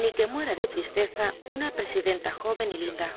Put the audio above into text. ni que muera de tristeza una presidenta joven y linda